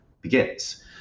begins